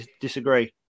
disagree